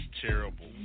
terrible